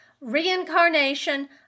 reincarnation